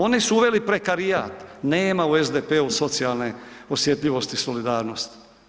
Oni su uveli prekarijat, nema u SDP-u socijalne osjetljivosti i solidarnosti.